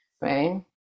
right